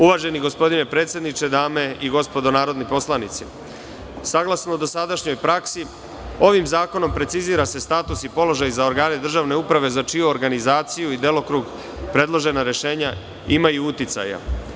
Uvaženi gospodine predsedniče, dame i gospodo narodni poslanici, saglasno dosadanjoj praksi ovim zakonom precizira se status i položaj za organe državne uprave za čiju organizaciju i delokrug predložena rešenja imaju uticaja.